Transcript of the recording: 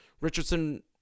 Richardson